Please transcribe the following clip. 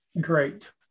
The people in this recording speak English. Great